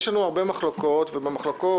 יש לנו הרבה מחלוקות, ובמחלוקות